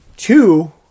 Two